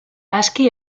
aski